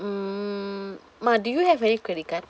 mm ma do you have any credit card